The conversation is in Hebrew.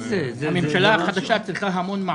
הממשלה החדשה צריכה המון מעונות.